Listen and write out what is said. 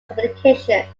publications